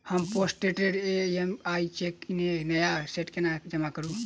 हम postdated EMI cheque केँ नया सेट केना जमा करू?